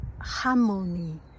harmony